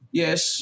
yes